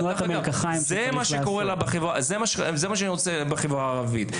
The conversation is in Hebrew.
זה מה שאני רוצה בחברה הערבית.